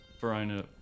Verona